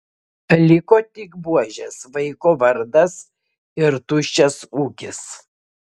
liko tik buožės vaiko vardas ir tuščias ūkis